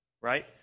right